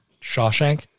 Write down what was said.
Shawshank